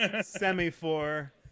Semaphore